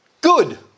Good